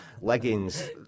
leggings